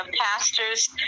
pastors